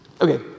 Okay